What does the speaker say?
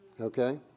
Okay